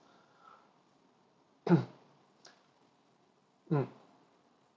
mm